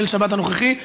בליל שבת הנוכחי,